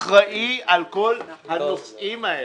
שאחראי על כל הנושאים האלה,